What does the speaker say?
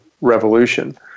revolution